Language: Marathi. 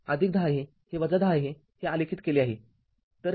तर हे १० आहे हे १० आहे हे आलेखित केले आहे बरोबर